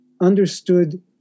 understood